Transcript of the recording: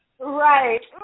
Right